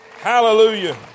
Hallelujah